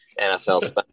NFL